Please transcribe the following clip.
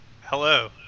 hello